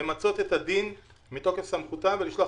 "למצות את הדין מתוקף סמכותה ולשלוח